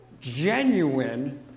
Genuine